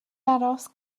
aros